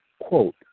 quote